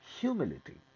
humility